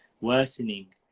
worsening